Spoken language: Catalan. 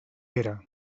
era